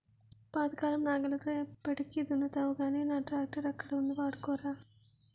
పాతకాలం నాగలితో ఎప్పటికి దున్నుతావ్ గానీ నా ట్రాక్టరక్కడ ఉంది వాడుకోరా